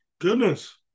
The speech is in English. Goodness